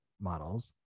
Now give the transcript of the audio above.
models